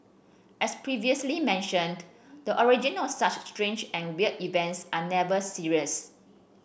as previously mentioned the origin of such strange and weird events are never serious